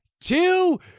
two